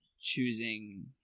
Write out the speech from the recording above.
choosing